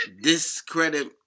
discredit